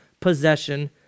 possession